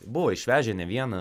buvo išvežę ne vieną